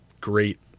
great